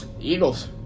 Eagles